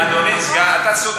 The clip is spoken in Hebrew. אדוני סגן השר,